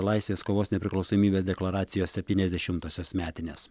laisvės kovos nepriklausomybės deklaracijos septyniasdešimtosios metinės